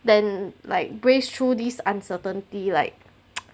than like braised through this uncertainty like